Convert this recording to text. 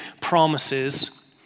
promises